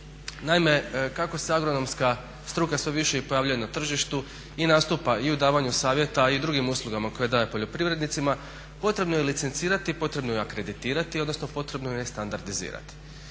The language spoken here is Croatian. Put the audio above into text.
Naime, kako se agronomska struka sve više i pojavljuje na tržištu i nastupa i u davanju savjeta i u drugim uslugama koje daje poljoprivrednicima potrebno je licencirati, potrebno je akreditirati odnosno potrebno ju je standardizirati.